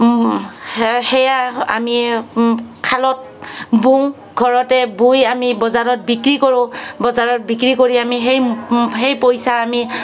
সেয়া সেয়া আমি শালত বওঁ ঘৰতে বৈ আমি বজাৰত বিক্ৰী কৰোঁ বজাৰত বিক্ৰী কৰি আমি সেই সেই পইচা আমি